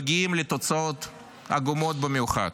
מגיעים לתוצאות עגומות במיוחד.